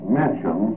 mention